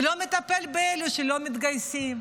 ולא מטפל באלה שלא מתגייסים.